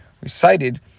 recited